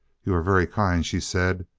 you are very kind, she said.